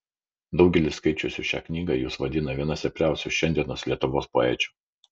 daugelis skaičiusių šią knygą jus vadina viena stipriausių šiandienos lietuvos poečių